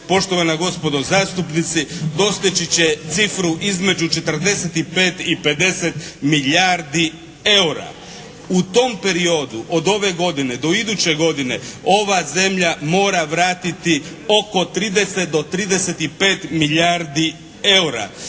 poštovana gospodo zastupnici, doseći će cifru između 45 i 50 milijardi eura. U tom periodu od ove godine do iduće godine, ova zemlja mora vratiti oko 30 do 35 milijardi eura.